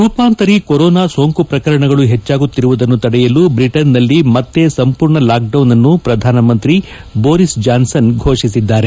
ರೂಪಾಂತರಿ corona ಸೋಂಕು ಪ್ರಕರಣಗಳು ಹೆಚ್ಚಾಗುತ್ತಿರುವುದನ್ನು ತಡೆಯಲು ಬ್ರಿಟನ್ನಲ್ಲಿ ಮತ್ತೆ ಸಂಪೂರ್ಣ ಲಾಕ್ಡೌನ್ಅನ್ನು ಪ್ರಧಾನಮಂತ್ರಿ ಬೋರಿಸ್ ಜಾನ್ಸನ್ ಫೋಷಿಸಿದ್ದಾರೆ